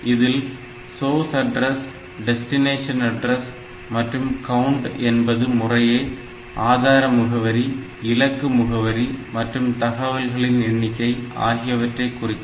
இதில் source address destination address மற்றும் count என்பது முறையே ஆதார முகவரி இலக்கு முகவரி மற்றும் தகவல்களின் எண்ணிக்கை ஆகியவற்றை குறிக்கும்